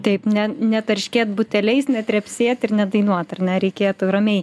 taip ne netarškėt buteliais netrepsėt ir nedainuot ar ne reikėtų ramiai